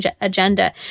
agenda